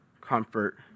comfort